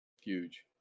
Huge